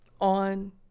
on